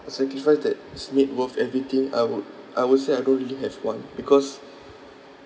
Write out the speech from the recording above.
a sacrifice that is made worth everything I would I would say I don't really have one because